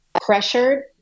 pressured